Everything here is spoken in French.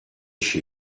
chez